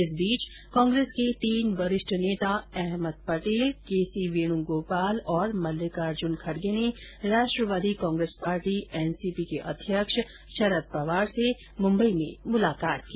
इस बीच कांग्रेस के तीन वरिष्ठ नेता अहमद पटेल केसी वेणुगोपाल और मल्लिकार्जून खड़गे ने राष्ट्रवादी कांग्रेस पार्टी एनसीपी के अध्यक्ष शरद पवार से मुम्बई में मुलाकात की